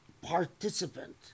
participant